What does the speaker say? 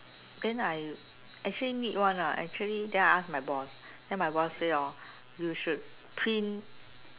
then I actually need one lah actually then I ask my boss say hor you should print